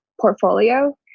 portfolio